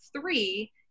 three